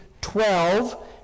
twelve